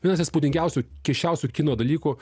vienas įspūdingiausių keisčiausių kino dalykų